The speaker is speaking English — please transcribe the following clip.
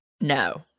No